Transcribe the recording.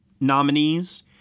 nominees